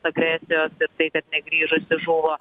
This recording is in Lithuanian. agresijos ir tai kad negrįžusi žuvo